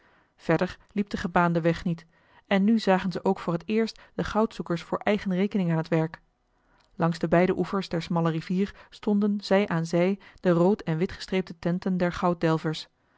liep de gebaande weg niet en nu zagen ze ook voor het eerst de goudzoekers voor eigen rekening aan het werk langs de beide oevers der smalle rivier stonden zij aan zij de rood en witgestreepte tenten der